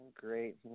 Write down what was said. great